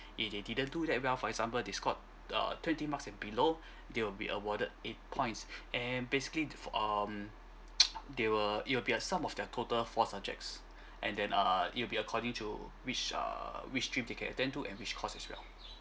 and they didn't do that well for example they got uh twenty marks and below they'll be awarded eight points and basically for um they will it will be a sum of their total four subjects and then err it'll be according to which err which stream they can attend to and which course as well